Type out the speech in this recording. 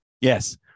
Yes